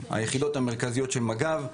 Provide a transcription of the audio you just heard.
היחידות המרכזיות של מג"ב,